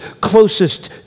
closest